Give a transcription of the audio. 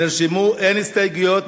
אין הסתייגויות.